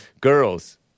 Girls